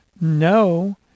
No